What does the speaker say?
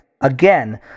again